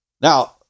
Now